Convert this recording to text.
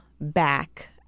back